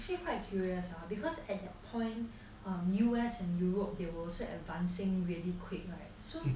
I quite curious ah because at that point err U_S and europe they were also advancing really quick right so